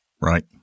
Right